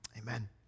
amen